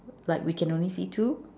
like we can only see two